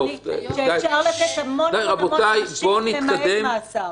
אפשר לתת המון המון עונשים פרט למאסר.